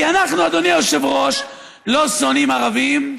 כי אנחנו, אדוני היושב-ראש, לא שונאים ערבים.